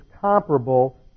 comparable